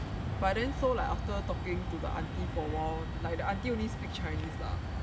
but then so like after talking to the aunty for awhile like the aunty only speak chinese lah